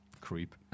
creep